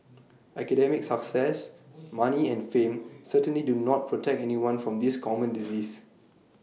academic success money and fame certainly do not protect anyone from this common disease